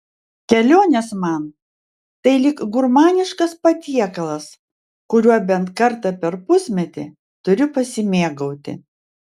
kelionės man tai lyg gurmaniškas patiekalas kuriuo bent kartą per pusmetį turiu pasimėgauti